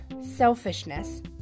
selfishness